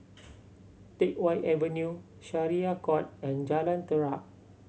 Teck Whye Avenue Syariah Court and Jalan Terap